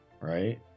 right